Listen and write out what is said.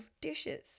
dishes